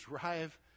drive